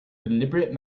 deliberate